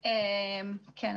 כן.